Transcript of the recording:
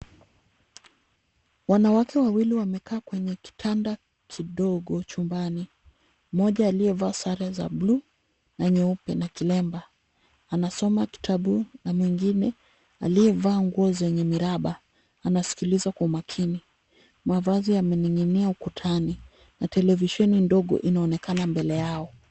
Wanawake wawili wamekaa kwenye kitanda kidogo chumbani. Mmoja aliyevaa sare za blue na nyeupe na kilemba, anasoma kitabu na mwingine aliyevaa nguo zenye miraba anasikiliza kwa makini. Mavazi yamening'inia ukutani na televisheni ndogo inaonekana mbele yao.